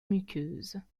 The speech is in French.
muqueuses